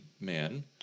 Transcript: man